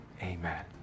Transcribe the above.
Amen